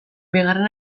bigarren